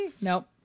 Nope